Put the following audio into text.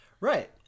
Right